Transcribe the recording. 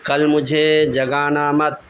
کل مجھے جگانا مَت